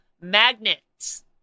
magnets